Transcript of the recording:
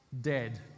dead